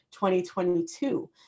2022